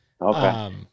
Okay